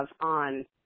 on